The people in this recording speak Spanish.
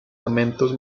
amentos